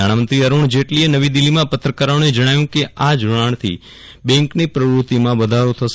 નાણામંત્રી અરૂણ જેટલીએ નવી દિલ્ફીમાં પત્રકારોને જણાવ્યું હતું કે આ જોડાણથી બેન્કની પ્રવૃતિમાં વધારો થશે